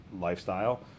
lifestyle